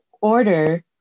order